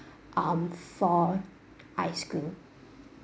um four ice cream